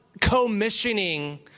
commissioning